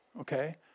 okay